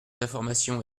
d’information